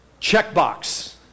Checkbox